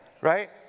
right